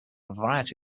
variety